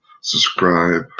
subscribe